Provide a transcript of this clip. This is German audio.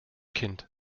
kind